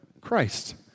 Christ